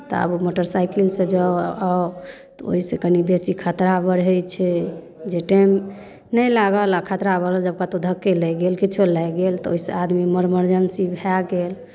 तऽ आब ओ मोटर साइकिलसँ जाउ आउ तऽ ओहिसँ कनि बेसी खतरा बढ़ै छै जे टाइम नहि लागल आ खतरा बढ़ल जब कतहु धक्के लागि गेल किछो लागि गेल तऽ ओहिसँ आदमी मर मर्जेंसी भए गेल